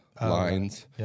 lines